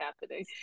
happening